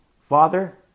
Father